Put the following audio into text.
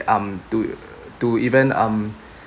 um to to even um